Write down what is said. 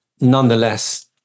nonetheless